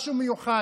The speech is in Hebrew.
משהו מיוחד.